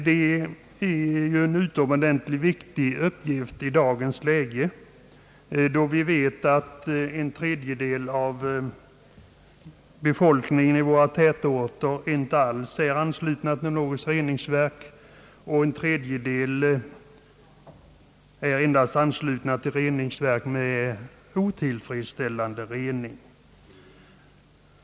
Det är en utomordentligt viktig uppgift, då vi vet att i dagens läge en tredjedel av bebyggelsen i våra tätorter inte alls är ansluten till något reningsverk och att en tredjedel endast är ansluten till reningsverk med otillfredsställande rening.